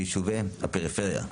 ביישוביי הפריפריה.